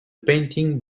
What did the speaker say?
painting